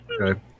okay